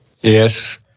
Yes